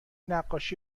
نقاشی